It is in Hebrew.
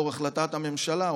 לאור החלטת הממשלה,